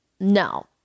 no